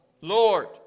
Lord